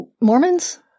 Mormons